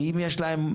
אם יש להם,